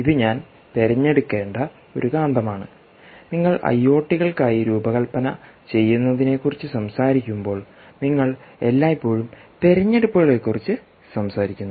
ഇത് ഞാൻ തിരഞ്ഞെടുക്കേണ്ട ഒരു കാന്തമാണ് നിങ്ങൾ ഐഒടികൾക്കായി രൂപകൽപ്പന ചെയ്യുന്നതിനെക്കുറിച്ച് സംസാരിക്കുമ്പോൾ നിങ്ങൾ എല്ലായ്പ്പോഴും തിരഞ്ഞെടുപ്പുകളെക്കുറിച്ച് സംസാരിക്കുന്നു